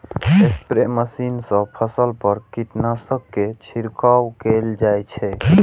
spray machine सं फसल पर कीटनाशक के छिड़काव कैल जाइ छै